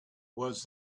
was